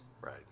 Right